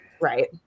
Right